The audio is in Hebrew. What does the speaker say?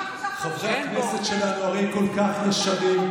קם בבוקר, חברי הכנסת שלנו הרי כל כך ישרים.